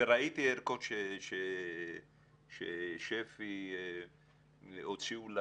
וראיתי ערכות ששפ"י הוציאו.